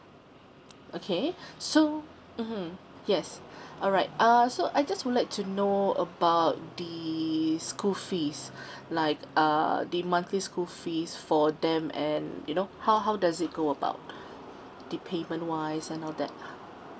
okay so mmhmm yes alright uh so I just would like to know about the school fees like err the monthly school fees for them and you know how how does it go about the payment wise and all that